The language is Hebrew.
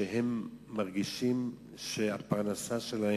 שמרגישים שפרנסתם